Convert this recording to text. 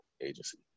agency